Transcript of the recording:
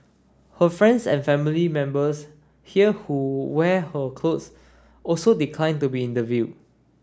her friends and family members here who wear her clothes also declined to be interviewed